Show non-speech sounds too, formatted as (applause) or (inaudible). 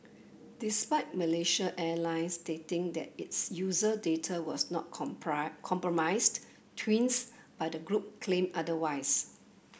despite Malaysia Airlines stating that its user data was not (unintelligible) compromised tweets by the group claimed otherwise